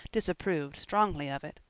disapproved strongly of it.